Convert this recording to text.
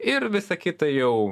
ir visa kita jau